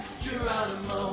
Geronimo